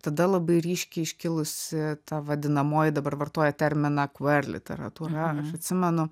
tada labai ryškiai iškilusi ta vadinamoji dabar vartoja terminą kvarliteratūra aš atsimenu